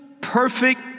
perfect